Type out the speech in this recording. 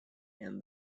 and